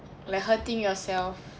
like hurting yourself